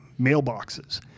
mailboxes